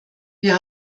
wir